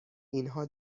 اینها